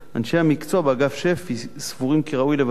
אנשי המקצוע באגף שפ"י סבורים כי ראוי לבצע